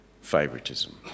favoritism